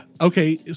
Okay